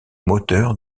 moteur